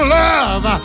love